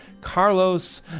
Carlos